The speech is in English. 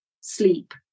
sleep